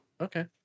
Okay